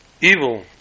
evil